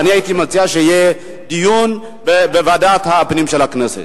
אני הייתי מציע שיהיה דיון בוועדת הפנים של הכנסת.